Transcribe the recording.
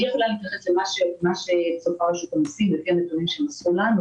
יכולה להתייחס אל מה שצופה רשות המיסים על פי הנתונים שמסרו לנו.